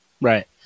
Right